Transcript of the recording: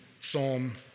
Psalm